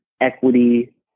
equity